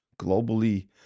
globally